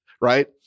right